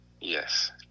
Yes